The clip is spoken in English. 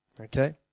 Okay